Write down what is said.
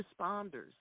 responders